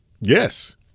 Yes